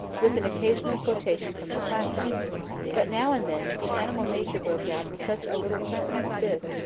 with an occasional quotation from the classics but, now and then, the animal nature broke out in such a little sentence as this,